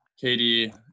Katie